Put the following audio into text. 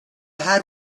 had